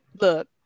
Look